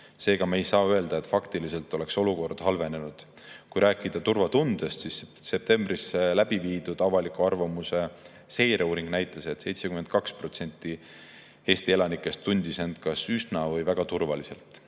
Seega ei saa me öelda, et faktiliselt oleks olukord halvenenud. Turvatunde puhul näitas septembris läbi viidud avaliku arvamuse seireuuring, et 72% Eesti elanikest tundis end kas üsna või väga turvaliselt.